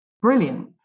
brilliant